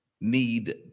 need